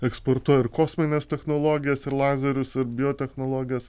eksportuoja ir kosmines technologijas ir lazerius ir biotechnologijas